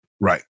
Right